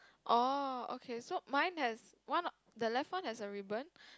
orh okay so mine has one the left one has a ribbon